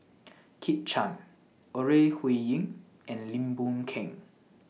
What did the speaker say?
Kit Chan Ore Huiying and Lim Boon Keng